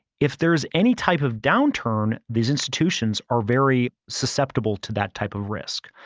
if there's any type of downturn, these institutions are very susceptible to that type of risk.